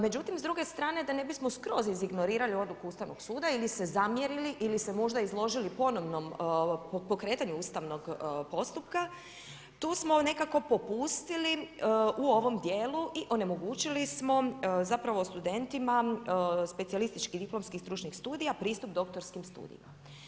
Međutim, s druge strane da ne bismo skroz iz ignorirali odluku Ustavnog suda ili se zamjerili ili se možda izložili ponovnom pokretanju ustavnog postupka, tu smo nekako popustili u ovom dijelu i onemogućili smo zapravo studentima specijalističkih i diplomskih, stručnih studijima, pristup doktorskim studijima.